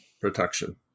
Protection